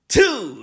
two